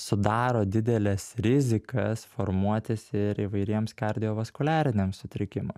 sudaro dideles rizikas formuotis ir įvairiems kardiovaskuliariniams sutrikimam